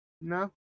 No